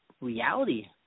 reality